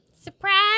Surprise